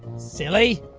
silly.